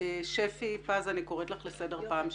אני קוראת לך לסדר פעם שנייה.